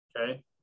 Okay